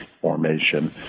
formation